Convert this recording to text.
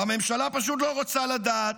והממשלה פשוט לא רוצה לדעת,